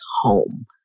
home